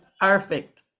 perfect